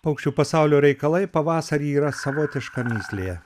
paukščių pasaulio reikalai pavasarį yra savotiška mįslė